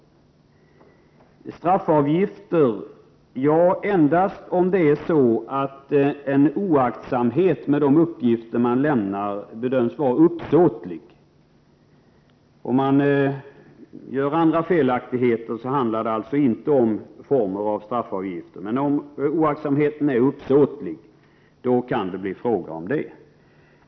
Beträffande straffavgifter: Endast om oaktsamhet med de uppgifter som man lämnar bedöms vara uppsåtlig skall det bli fråga om straffavgifter — inte om man gör sig skyldig till andra felaktigheter.